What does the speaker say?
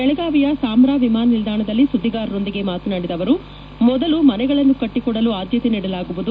ಬೆಳಗಾವಿಯ ಸಾಂಬ್ರಾ ವಿಮಾನ ನಿಲ್ದಾಣದಲ್ಲಿ ಸುದ್ದಿಗಾರರೊಂದಿಗೆ ಮಾತನಾಡಿದ ಅವರು ಮೊದಲು ಮನೆಗಳನ್ನು ಕಟ್ಟಕೊಡಲು ಆದ್ದತೆ ನೀಡಲಾಗುವುದು